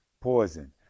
poison